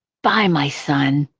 bye, my son,